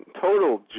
total